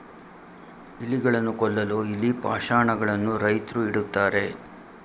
ಇಲಿಗಳನ್ನು ಕೊಲ್ಲಲು ಇಲಿ ಪಾಷಾಣ ಗಳನ್ನು ರೈತ್ರು ಇಡುತ್ತಾರೆ